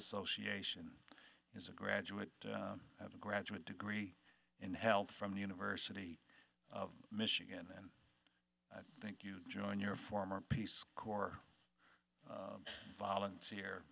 association is a graduate of a graduate degree in health from the university of michigan and i think you join your former peace corps volunteer